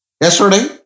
Yesterday